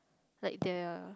like their